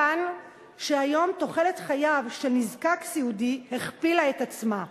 מכאן שהיום תוחלת חייו של נזקק סיעודי הכפילה את עצמה.